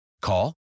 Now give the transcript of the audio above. Call